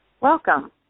Welcome